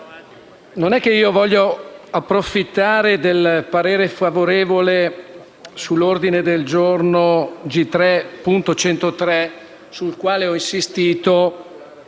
non voglio approfittare del parere favorevole sull'ordine del giorno G3.103, sul quale ho insistito